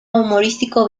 humorístico